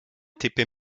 typy